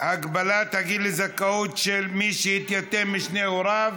הגבלת הגיל לזכאות של מי שהתייתם משני הוריו).